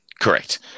Correct